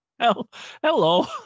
Hello